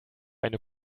eine